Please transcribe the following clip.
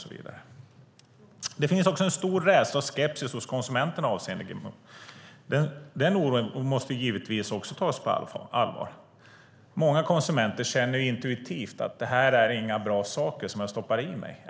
Det finns också en stor rädsla och skepsis hos konsumenterna avseende GMO. Den oron måste givetvis också tas på allvar. Många konsumenter känner intuitivt att det är inga bra saker de stoppar i sig.